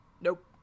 Nope